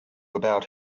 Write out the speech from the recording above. about